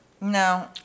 No